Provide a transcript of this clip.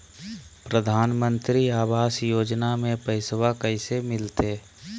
प्रधानमंत्री आवास योजना में पैसबा कैसे मिलते?